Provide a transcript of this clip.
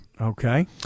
Okay